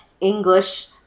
English